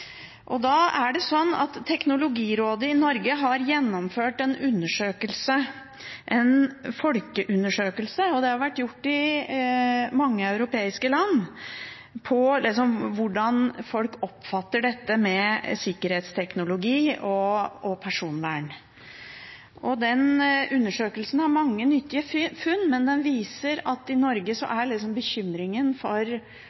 Teknologirådet i Norge har gjennomført en undersøkelse, en folkeundersøkelse – det har vært gjort i mange europeiske land – om hvordan folk oppfatter dette med sikkerhetsteknologi og personvern. Den undersøkelsen har mange nyttige funn, men den viser at i Norge er bekymringen for